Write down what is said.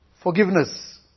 Forgiveness